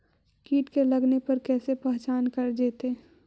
कीट के लगने पर कैसे पहचान कर जयतय?